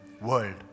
world